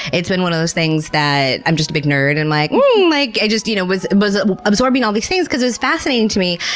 it's been one of those things that, i'm just a big nerd and like like i you know was was absorbing all these things because it was fascinating to me.